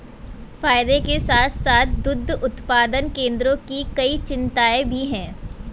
फायदे के साथ साथ दुग्ध उत्पादन केंद्रों की कई चिंताएं भी हैं